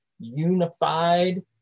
unified